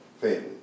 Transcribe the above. family